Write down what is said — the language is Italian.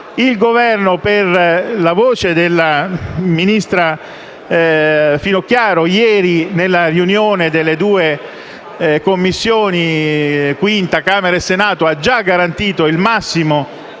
Il Governo, per la voce della ministra Finocchiaro, ieri nella riunione delle due Commissioni V e 5ª di Camera e Senato ha già garantito il massimo